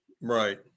Right